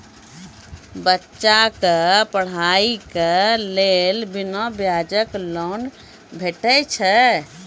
बच्चाक पढ़ाईक लेल बिना ब्याजक लोन भेटै छै?